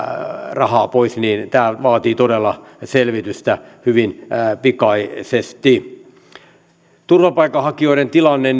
rahaa pois tämä vaatii todella selvitystä hyvin pikaisesti turvapaikanhakijoiden tilanne